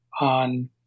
on